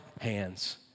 hands